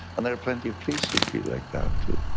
and there are plenty of police who feel like that too.